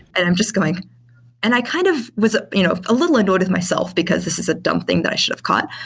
and i'm just going and i kind of was ah you know a little annoyed with myself, because this is a dumb thing i should've caught,